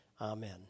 Amen